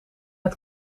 het